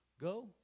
Go